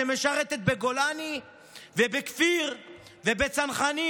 שמשרתת בגולני ובכפיר ובצנחנים.